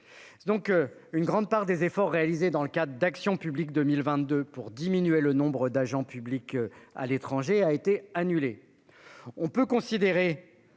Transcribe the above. Ainsi, une grande part des efforts réalisés dans le cadre d'Action publique 2022 pour diminuer le nombre d'emplois d'agents publics à l'étranger ont été annulés. On peut bien